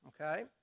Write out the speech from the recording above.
okay